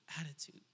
attitude